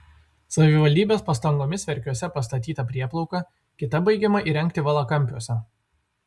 savivaldybės pastangomis verkiuose pastatyta prieplauka kita baigiama įrengti valakampiuose